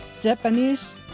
Japanese